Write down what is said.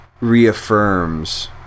reaffirms